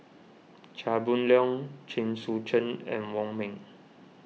Chia Boon Leong Chen Sucheng and Wong Ming